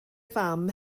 fam